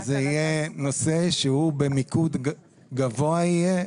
זה יהיה נושא במיקוד גבוה,